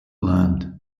land